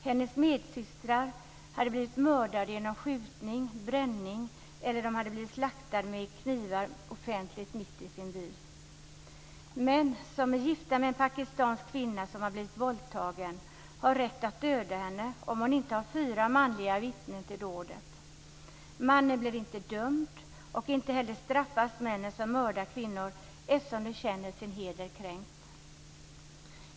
Hennes medsystrar hade blivit mördade genom skjutning, bränning eller blivit slaktade med knivar offentligt mitt i sin by. Män som är gifta med en pakistansk kvinna som har blivit våldtagen har rätt att döda henne om hon inte har fyra manliga vittnen till dådet. Mannen blir inte dömd, och inte heller straffas männen som mördar kvinnor, eftersom de känner sin heder kränkt.